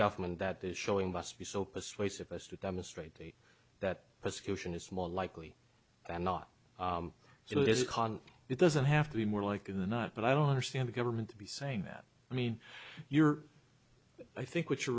government that is showing must be so persuasive us to demonstrate that prosecution is more likely than not it is a con it doesn't have to be more likely than not but i don't understand the government to be saying that i mean you're i think what you're